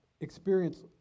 experience